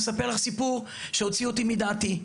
אני אספר לך סיפור שהוציא אותי מדעתי.